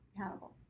accountable